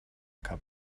cup